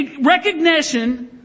recognition